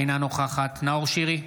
אינה נוכחת נאור שירי,